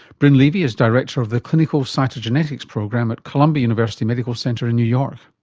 brynn levy is director of the clinical cytogenetics program at columbia university medical center in new york.